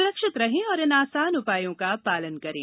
सुरक्षित रहें और इन आसान उपायों का पालन करें